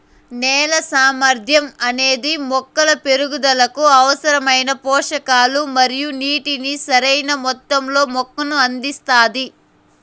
నేల సామర్థ్యం అనేది మొక్కల పెరుగుదలకు అవసరమైన పోషకాలు మరియు నీటిని సరైణ మొత్తంలో మొక్కకు అందిస్తాది